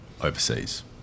overseas